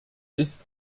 ist